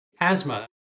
asthma